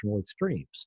extremes